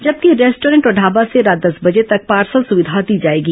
जबकि रेस्टॉरेंट और ढाबा से रात दस बजे तक पार्सल सुविधा दी जाएगी